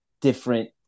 different